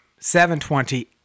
7.20